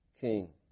king